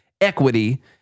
equity